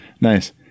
nice